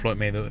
for a medal